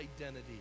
identity